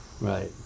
Right